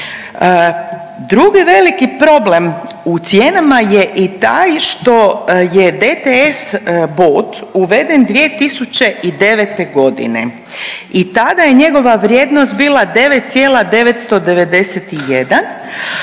Drugi veliki problem u cijenama je taj što je DTS bod uveden 2009. g. i tada je njegova vrijednost bila 9,991,